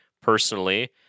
personally